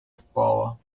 впала